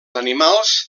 animals